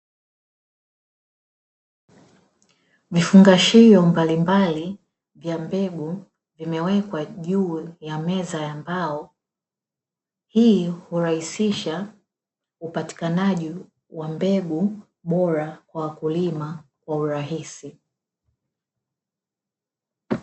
Vifungashio mbalimbali vya mbegu vimewekwa juu ya meza ya mbao, hii hurahisisha upatikanaji wa mbegu bora kwa wakulima kwa urahisi.